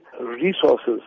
resources